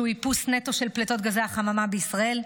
שהם איפוס נטו של פליטת גזי החממה בישראל.